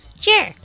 Sure